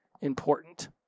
important